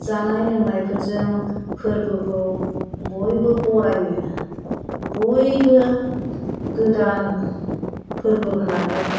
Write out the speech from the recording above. जानाय लोंनायफोरजों फोरबोखौ बयबो बरायो बयबो गोदान फोरबो होन्नानै